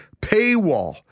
paywall